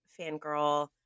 fangirl